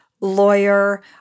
lawyer